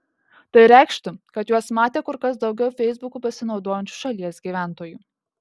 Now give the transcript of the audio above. tai reikštų kad juos matė kur kas daugiau feisbuku besinaudojančių šalies gyventojų